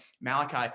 Malachi